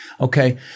Okay